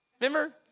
Remember